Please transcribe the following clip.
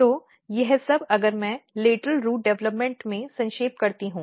तो यह सब अगर मैं लेटरल रूट विकास में संक्षेप करता हूं